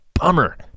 bummer